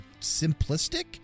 simplistic